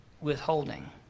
withholding